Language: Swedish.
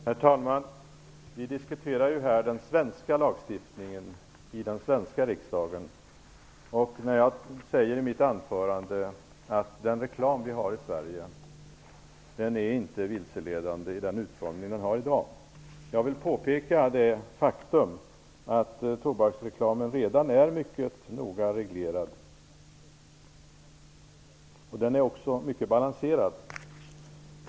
Herr talman! Vi diskuterar här i riksdagen den svenska lagstiftningen. Jag sade i mitt huvudanförande att den reklam som vi i Sverige har inte är vilseledande med den utformning som den har i dag. Jag vill också peka på det faktum att tobaksreklamen redan är mycket noga reglerad. Den är också mycket balanserad.